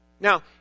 Now